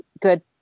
good